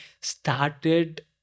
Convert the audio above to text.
started